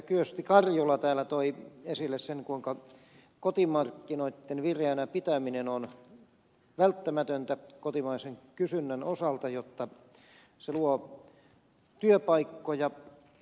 kyösti karjula täällä toi esille sen kuinka kotimarkkinoitten vireänä pitäminen on välttämätöntä kotimaisen kysynnän osalta jotta se luo työpaikkoja